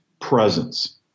presence